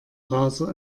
browser